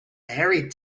married